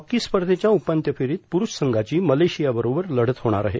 hockey स्पर्धेच्या उपांत्य फेरीत प्रुठष संघाची मलेशियाबरोबर लढत होणार आहे